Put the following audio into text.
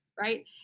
right